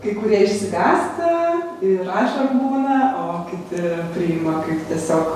kai kurie išsigąsta ir ašarų būna o kiti priima kaip tiesiog